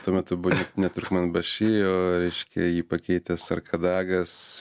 tuo metu buvo net ne turkmenbaši o reiškia jį pakeitęs arkadagas